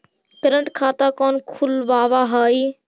current खाता कौन खुलवावा हई